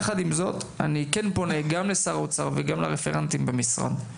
יחד עם זאת אני פונה לשר האוצר ולרפרנטים במשרד: